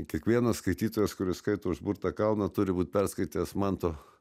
kiekvienas skaitytojas kuris skaito užburtą kalną turi būt perskaitęs manto